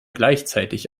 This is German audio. gleichzeitig